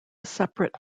separate